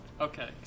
Okay